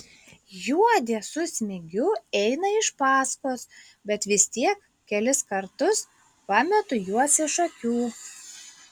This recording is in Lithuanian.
juodė su smigiu eina iš paskos bet vis tiek kelis kartus pametu juos iš akių